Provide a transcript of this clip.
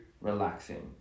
relaxing